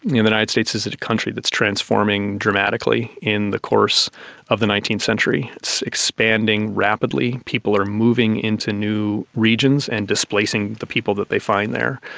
united states is a country that is transforming dramatically in the course of the nineteenth century, it's expanding rapidly, people are moving into new regions and displacing the people that they find there.